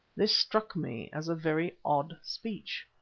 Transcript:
this struck me as a very odd speech,